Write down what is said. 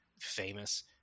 famous